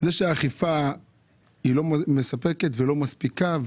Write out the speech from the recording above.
זה שהאכיפה לא מספקת ולא מספיקה,